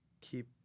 keep